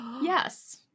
Yes